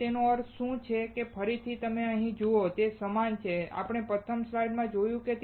તો તેનો અર્થ શું છે અને ફરીથી તમે અહીં જુઓ તે સમાન છે જે આપણે પ્રથમ સ્લાઇડમાં જોયું છે